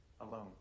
Alone